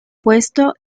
puesto